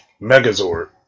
Megazord